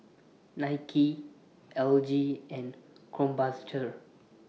Nike L G and Krombacher